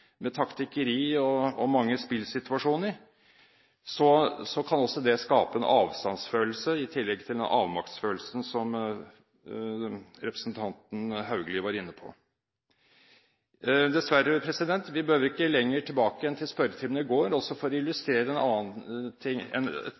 med taktikkeri og mange spillsituasjoner, kan også det skape en avstandsfølelse i tillegg til den avmaktsfølelsen som representanten Haugli var inne på. Dessverre bør vi ikke gå lenger tilbake enn til spørretimen i går for å